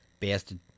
Bastard